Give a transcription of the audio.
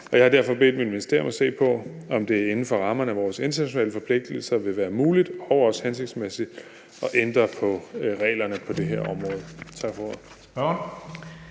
Jeg har derfor bedt mit ministerium om at se på, om det inden for rammerne af vores internationale forpligtelser vil være muligt og også hensigtsmæssigt at ændre på reglerne på det her område.